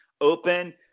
open